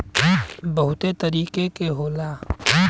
बहुते तरीके के होला